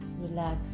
Relax